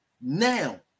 Now